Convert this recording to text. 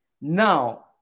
Now